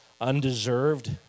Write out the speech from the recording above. undeserved